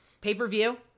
pay-per-view